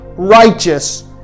righteous